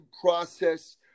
process